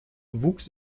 wuchs